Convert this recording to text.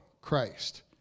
christ